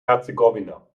herzegowina